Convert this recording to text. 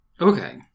Okay